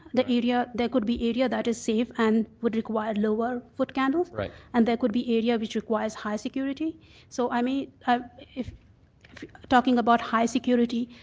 the area there could be area that is safe and would require lower foot candles and there could be area which requires high security so i mean i may talking about high security,